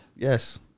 Yes